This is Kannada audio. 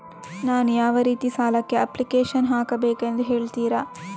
ನಾನು ಯಾವ ರೀತಿ ಸಾಲಕ್ಕೆ ಅಪ್ಲಿಕೇಶನ್ ಹಾಕಬೇಕೆಂದು ಹೇಳ್ತಿರಾ?